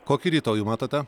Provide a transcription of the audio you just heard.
kokį rytojų matote